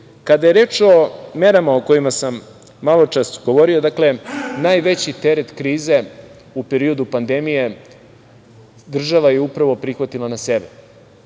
je reč o merama o kojima sam maločas govorio, dakle, najveći teret krize u periodu pandemije država je upravo prihvatila na sebe,